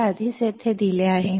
हे आधीच येथे दिले आहे